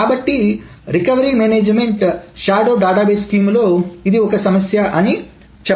కాబట్టి recovery management shadow database scheme లో ఇది ఒక సమస్య అని చెప్పవచ్చు